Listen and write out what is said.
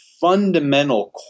fundamental